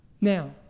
Now